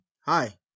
Hi